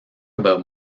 about